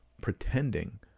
Pretending